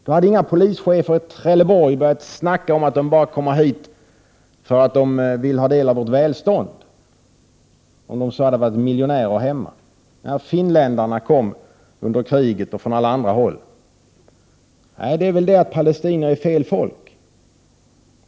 Då hade inga polischefer i Trelleborg börjat snacka om att de kommer hit bara för att de vill ha del av vårt välstånd, om de så hade varit miljonärer hemma. Sådant hördes inte när finländarna och alla andra kom under kriget. Nej, det är väl det att palestinierna är fel folk.